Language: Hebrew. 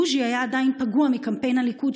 בוז'י היה עדיין פגוע מקמפיין הליכוד,